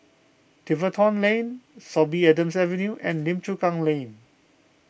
Tiverton Lane Sorby Adams Drive and Lim Chu Kang Lane